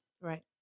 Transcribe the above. Right